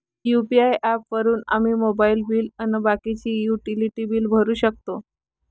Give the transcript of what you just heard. UPI app वापरून आम्ही mobile bill अन बाकीचे युटिलिटी बिल भरू शकतो